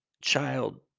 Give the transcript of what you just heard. child